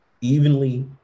evenly